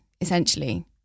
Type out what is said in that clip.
essentially